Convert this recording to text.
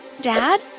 dad